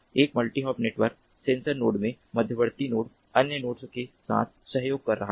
एक multi hop network sensor node में मध्यवर्ती नोड अन्य नोड्स के साथ सहयोग कर रहा है